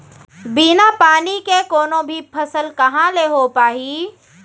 बिना पानी के कोनो भी फसल कहॉं ले हो पाही?